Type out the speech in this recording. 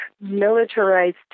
militarized